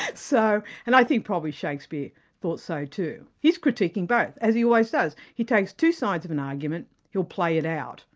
so and i think probably shakespeare thought so, too. he's critiquing both, as he always does. he takes two sides of an argument he'll play it out.